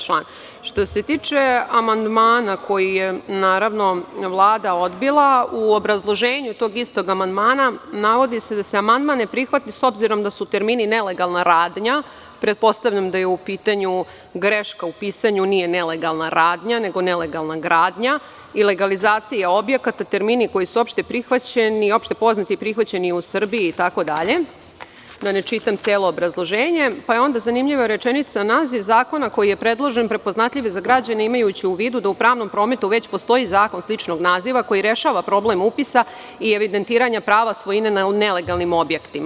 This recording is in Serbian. Što se tiče amandmana koje je Vlada odbila, u obrazloženju tog istog amandmana navodi se da se amandman ne prihvata s obzirom da su termini – nelegalna radnja, pretpostavljam da je u pitanju greška u pisanju, nije „nelegalna radnja“ nego: „nelegalna gradnja“ i legalizacija objekata, termini koji su opšteprihvaćeni, opštepoznati i prihvaćeni u Srbiji, itd, da ne čitam celo obrazloženje, pa je dalje zanimljiva rečenica: „Naziv zakona koji je predložen prepoznatljiv je za građane, imajući u vidu da u pravnom prometu već postoji zakon sličnog naziva koji rešava problem upisa i evidentiranja prava svojine na nelegalnim objektima“